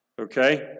Okay